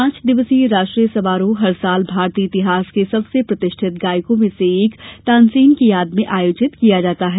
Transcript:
पांच दिवसीय राष्ट्रीय समारोह हर साल भारतीय इतिहास के सबसे प्रतिष्ठित गायकों में से एक तानसेन की याद में आयोजित किया जाता है